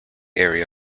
area